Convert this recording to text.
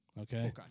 Okay